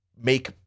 make